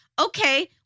Okay